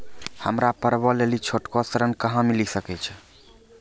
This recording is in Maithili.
हमरा पर्वो लेली छोटो ऋण कहां मिली सकै छै?